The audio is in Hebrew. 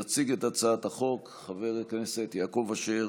יציג את הצעת החוק חבר הכנסת יעקב אשר,